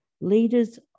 Leaders